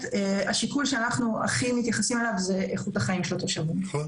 אבל, מה שהפתיע אותי הם שני דברים, קודם כל,